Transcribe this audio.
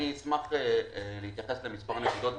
אני אשמח להתייחס למספר נקודות,